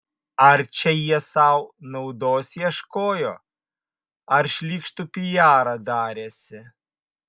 ar čia jie sau naudos ieškojo ar šlykštų piarą darėsi